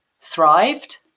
thrived